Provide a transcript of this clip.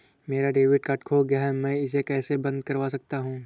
मेरा debit card खो गया है मैं इसे कैसे बंद करवा सकता हूँ?